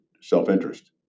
self-interest